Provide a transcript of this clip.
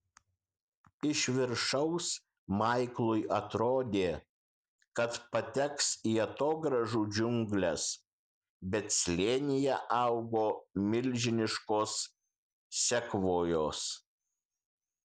iš viršaus maiklui atrodė kad pateks į atogrąžų džiungles bet slėnyje augo milžiniškos sekvojos